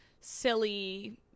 silly